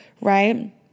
right